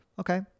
okay